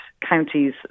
counties